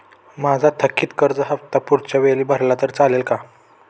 माझा थकीत कर्ज हफ्ता पुढच्या वेळी भरला तर चालेल का?